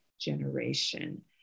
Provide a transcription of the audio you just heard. generation